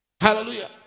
Hallelujah